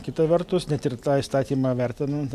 kita vertus net ir tą įstatymą vertinant